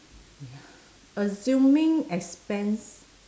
assuming expense